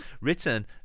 written